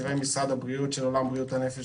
תקציבי משרד הבריאות של עולם בריאות הנפש